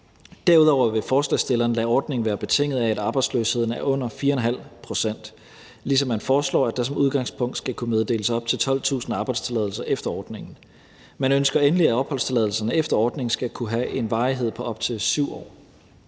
Derudover vil forslagsstillerne lade ordningen være betinget af, at arbejdsløsheden er under 4½ pct., ligesom man foreslår, at der som udgangspunkt skal kunne meddeles op til 12.000 arbejdstilladelser efter ordningen. Endelig ønsker man, at opholdstilladelsen efter ordningen skal kunne have en varighed på op til 7 år.